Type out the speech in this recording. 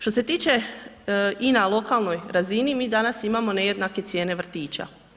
Što se tiče i na lokalnoj razini, mi danas imamo nejednake cijene vrtića.